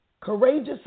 courageous